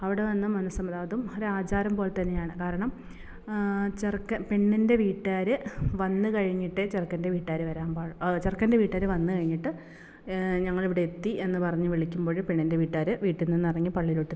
അവിടെ വന്ന് മനസ്സമ്മതം അതും ഒരു ആചാരം പോലെ തന്നെയാണ് കാരണം ചെറുക്കൻ പെണ്ണിൻ്റെ വീട്ടുകാർ വന്ന് കഴിഞ്ഞിട്ടേ ചെറുക്കൻ്റെ വീട്ടുകാർ വരാൻ പാടുള്ളു ചെറുക്കൻ്റെ വീട്ടുകാർ വന്ന് കഴിഞ്ഞിട്ട് ഞങ്ങൾ ഇവിടെ എത്തി എന്ന് പറഞ്ഞ് വിളിക്കുമ്പോൾ പെണ്ണിൻ്റെ വീട്ടുകാർ വീട്ടിൽ നിന്ന് ഇറങ്ങി പള്ളിയിലോട്ട് എത്താം